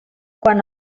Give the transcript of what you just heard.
quan